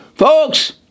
Folks